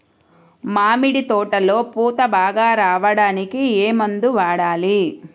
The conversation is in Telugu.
మామిడి తోటలో పూత బాగా రావడానికి ఏ మందు వాడాలి?